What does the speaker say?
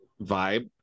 vibe